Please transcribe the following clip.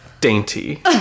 dainty